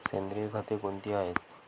सेंद्रिय खते कोणती आहेत?